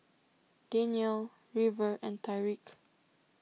Danyel River and Tyreke